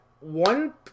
one